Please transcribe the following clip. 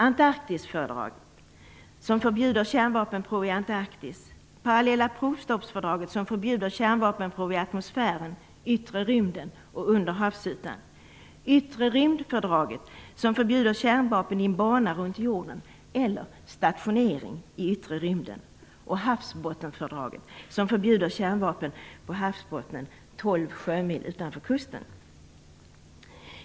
Antarktisfördraget förbjuder kärnvapenprov i Antarktis, Partiella provstoppsfördraget förbjuder kärnvapensprov i yttre rymden och under havsytan, Yttre rymdfördraget förbjuder kärnvapen i en bana runt jorden eller stationering i yttre rymden och Havsbottenfördraget förbjuder kärnvapen på havsbottnen 12 sjömil utanför kusten.